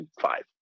five